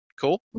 cool